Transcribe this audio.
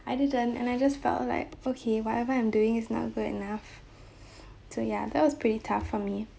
I didn't and I just felt like okay whatever I'm doing is not good enough so ya that was pretty tough for me